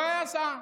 לא הייתה הסעה.